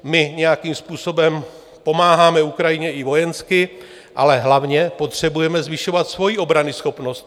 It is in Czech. My nějakým způsobem pomáháme Ukrajině i vojensky, ale hlavně potřebujeme zvyšovat svoji obranyschopnost.